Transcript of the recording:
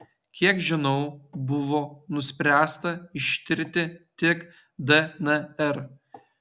kiek žinau buvo nuspręsta ištirti tik dnr